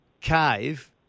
cave